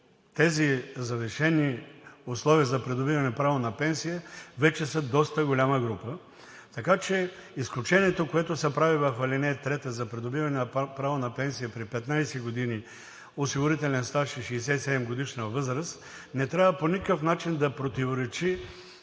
тези завишени условия за придобиване право на пенсия, вече са доста голяма група. Така че, изключението, което се прави в ал. 3 – за придобиване на право на пенсия при 15 години осигурителен стаж и 67-годишна възраст, не трябва по-никакъв начин да противоречи